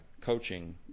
coaching